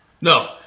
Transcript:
No